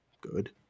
Good